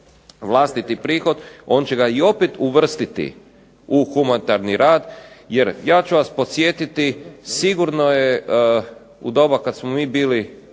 vlastiti prihod, on će ga i opet uvrstiti u humanitarni rad jer ja ću vas podsjetiti sigurno je u doba kad smo mi bili